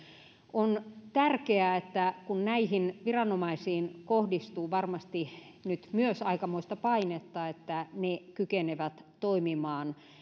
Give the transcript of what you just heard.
on tärkeää kun näihin viranomaisiin kohdistuu varmasti nyt myös aikamoista painetta että ne kykenevät toimimaan